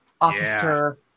officer